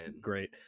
great